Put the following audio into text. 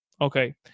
Okay